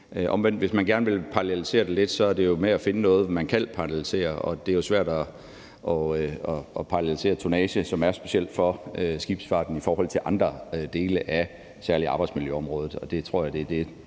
Omvendt, hvis man gerne vil parallelisere, er det jo med at finde noget, man kan parallelisere med, og det er jo svært at parallelisere tonnage, som er specielt for skibsfarten i forhold til andre dele af særlig arbejdsmiljøområdet, og det tror jeg er det,